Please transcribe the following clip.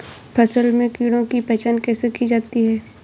फसल में कीड़ों की पहचान कैसे की जाती है?